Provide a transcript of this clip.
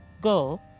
go